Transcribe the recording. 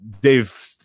Dave